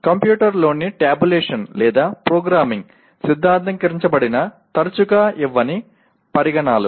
కంప్యూటర్లోకి tabulation లేదా ప్రోగ్రామింగ్ను సిద్ధాంతీకరించడానికి తరచుగా ఇవ్వని పరిగణనలు